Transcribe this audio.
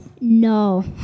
No